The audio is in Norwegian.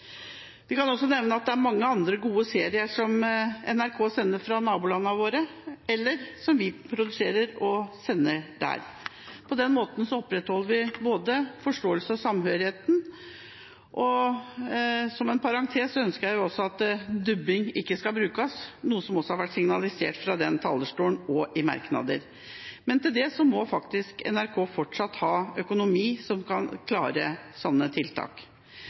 kan også nevne at det er mange andre gode serier fra nabolandene våre som NRK sender, eller serier som vi produserer og sender der. På den måten opprettholder vi både forståelsen og samhørigheten. Som en parentes ønsker jeg også at dubbing ikke skal brukes, noe som også har vært signalisert fra denne talerstolen og i merknader. Men NRK må fortsatt ha økonomi som kan klare sånne tiltak.